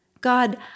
God